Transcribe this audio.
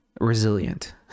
resilient